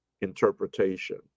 interpretation